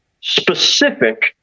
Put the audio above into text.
specific